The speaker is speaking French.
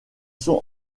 sont